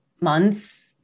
months